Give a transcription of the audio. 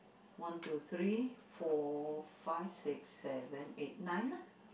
one two three four five six seven eight nine lah